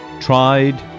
Tried